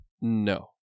No